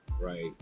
Right